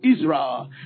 Israel